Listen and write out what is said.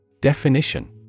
Definition